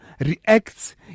reacts